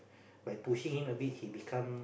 by pushing him a bit he become